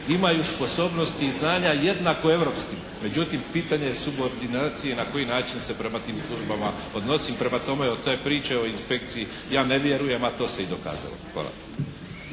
imaju sposobnosti i znanja jednako europskim. Međutim pitanje je subordinacije na koji način se prema tim službama odnosi. Prema tome, to je priča o inspekciji, ja ne vjerujem, a to se i dokazalo. Hvala.